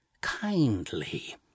Kindly